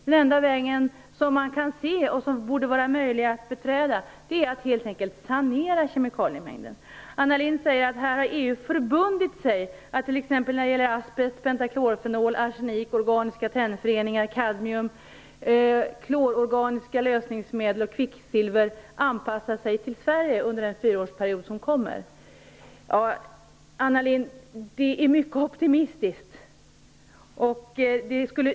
Den enda vägen som vore möjlig att beträda är att helt enkelt sanera kemikaliemängden. Anna Lindh sade att EU när det t.ex. gäller asbest, pentaklorfenol, arsenik, organiska tennföreningar, kadmium, klororganiska lösningar och kvicksilver hade förbundit sig att anpassa sig till Sverige under den kommande fyraårsperioden. Det är mycket optimistiskt, Anna Lindh.